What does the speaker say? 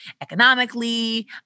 economically